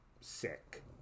sick